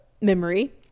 memory